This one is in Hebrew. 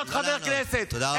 חבר הכנסת דוידסון.